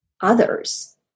others